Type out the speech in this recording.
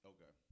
Okay